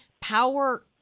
power